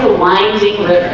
lines english